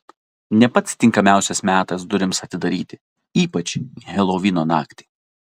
ne pats tinkamiausias metas durims atidaryti ypač helovino naktį